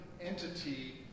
entity